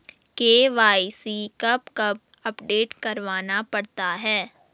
KYC कब कब update करवाना पड़ता है?